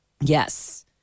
Yes